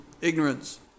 ignorance